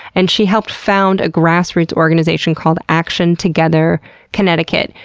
and she helped found a grassroots organization called action together connecticut,